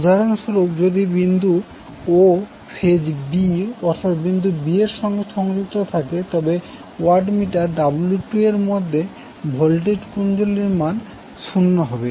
উদাহরণস্বরূপ যদি বিন্দু O ফেজ b অর্থাৎ বিন্দু b এর সঙ্গে সংযুক্ত থাকে তবে ওয়াট মিটার W2 এর মধ্যে ভোল্টেজ কুণ্ডলীর মান 0 হবে